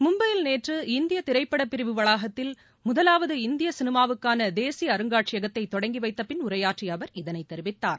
மும்பையில் நேற்று இந்திய திரைப்படப் பிரிவு வளாகத்தில் முதலாவது இந்திய சினிமாவுக்கான தேசிய அருங்காட்சியகத்தை தொடங்கிவைத்தப்பின் உரையாற்றிய அவர் இதனைத் தெரிவித்தார்